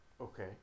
Okay